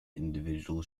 individual